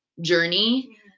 journey